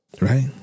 Right